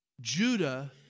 Judah